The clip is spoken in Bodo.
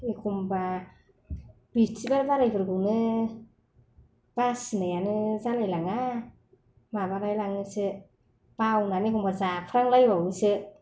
एखनब्ला बिस्तिबार बारायफोरखौनो बासिनायानो जालायलाङा माबालाय लाङोसो बावनानै एखनब्ला जाफ्लांलायबावोसो